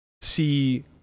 see